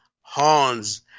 horns